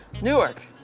newark